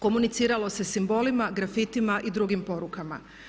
Komuniciralo se simbolima, grafitima i drugim porukama.